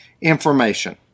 information